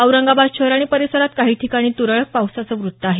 औरंगाबाद शहर आणि परिसरात काही ठिकाणी तुरळक पावसाचं वृत्त आहे